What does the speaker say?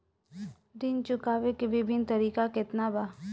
ऋण चुकावे के विभिन्न तरीका केतना बा?